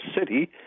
city